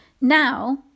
Now